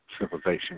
civilization